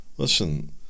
Listen